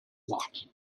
macht